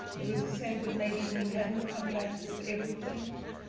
there was a sense that maybe he hadn't come back with everything.